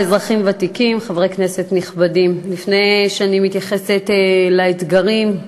חברי הכנסת, כמה הצעות לסדר-היום בנושא הזה,